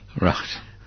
Right